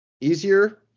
easier